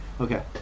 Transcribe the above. okay